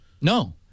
No